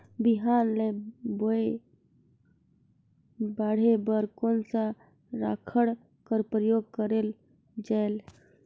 बिहान ल बोये बाढे बर कोन सा राखड कर प्रयोग करले जायेल?